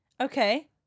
Okay